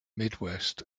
midwest